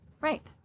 Right